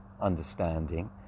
understanding